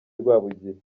rwabugiri